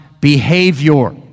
behavior